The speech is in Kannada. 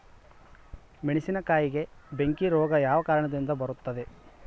ಮೆಣಸಿನಕಾಯಿಗೆ ಬೆಂಕಿ ರೋಗ ಯಾವ ಕಾರಣದಿಂದ ಬರುತ್ತದೆ?